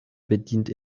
bediente